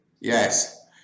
yes